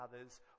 others